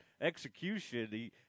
execution